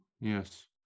Yes